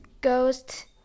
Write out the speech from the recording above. ghost